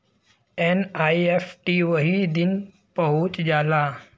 NEFT वही दिन पहुंच जाला